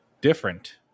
Different